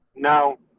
now,